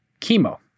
chemo